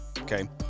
okay